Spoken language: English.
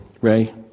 Ray